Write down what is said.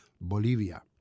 Bolivia